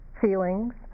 feelings